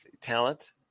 talent